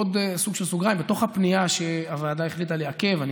בעוד סוג של סוגריים: בתוך הפנייה שהוועדה החליטה לעכב ליום שני,